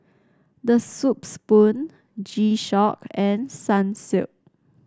The Soup Spoon G Shock and Sunsilk